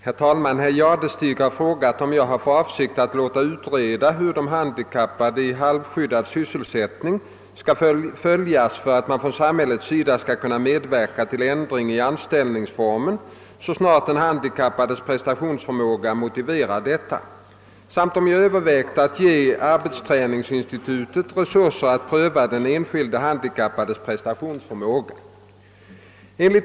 Herr talman! Herr Jadestig har frågat om jag har för avsikt att låta utreda hur de handikappade i halvskyddad sysselsättning skall följas för att man från samhällets sida skall kunna medverka till ändring i anställningsformen, så snart den handikappades prestationsförmåga motiverar detta, samt om jag övervägt att ge arbetsträningsinstituten resurser att pröva den enskilde handikappades prestationsförmåga.